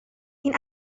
این